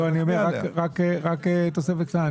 רק תוספת קטנה.